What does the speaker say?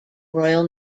royal